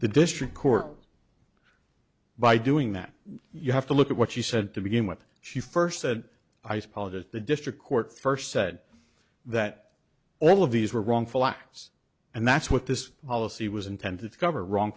the district court ruled by doing that you have to look at what she said to begin with she first said ice polit the district court first said that all of these were wrongful acts and that's what this policy was intended to cover wrong